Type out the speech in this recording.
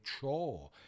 chore